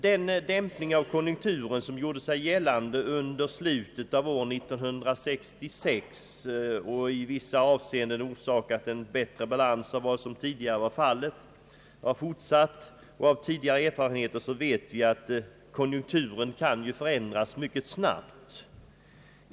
Den dämpning av konjunkturen som gjorde sig gällande under slutet av år 1966 och i vissa avseenden orsakat en bättre balans än vad som tidigare var fallet har fortsatt. Av tidigare erfarenheter vet vi att konjunkturen kan förändras mycket snabbt.